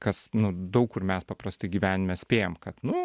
kas nu daug kur mes paprastai gyvenime spėjam kad nu